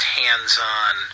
hands-on